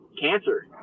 cancer